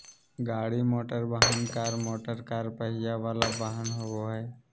गाड़ी मोटरवाहन, car motorcar पहिया वला वाहन होबो हइ